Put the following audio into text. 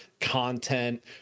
content